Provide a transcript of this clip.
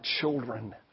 children